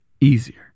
easier